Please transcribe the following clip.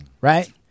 right